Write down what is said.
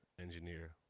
engineer